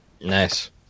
Nice